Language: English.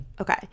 Okay